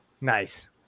nice